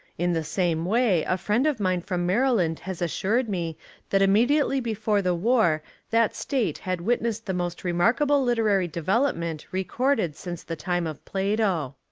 in the same way a friend of mine from maryland has assured me that immediately before the war that state had wit nessed the most remarkable literary develop ment recorded since the time of plato.